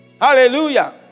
Hallelujah